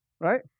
right